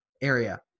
area